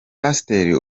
pasiteri